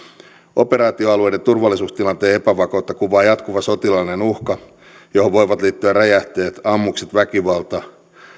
operaatioalueiden turvallisuustilanteen epävakautta kuvaa jatkuva sotilaallinen uhka johon voivat liittyä räjähteet ammukset väkivalta